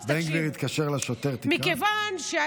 בן גביר התקשר לשוטר, תיקח?